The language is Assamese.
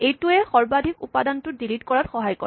এইটোৱেই সৰ্বাধিক উপাদানটো ডিলিট কৰাত সহায় কৰে